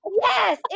yes